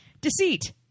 Deceit